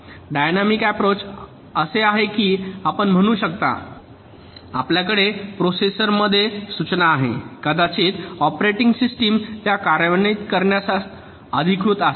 dynamic approach असे आहे की आपण म्हणू शकता आपल्याकडे प्रोसेसरमध्ये सूचना आहे कदाचित ऑपरेटिंग सिस्टम त्या कार्यान्वित करण्यास अधिकृत असेल